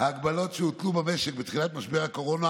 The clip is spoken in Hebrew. ההגבלות שהוטלו במשק בתחילת משבר הקורונה